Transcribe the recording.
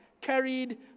carried